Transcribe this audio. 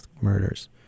murders